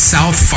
South